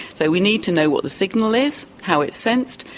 so we need to know what the signal is, how it's sensed,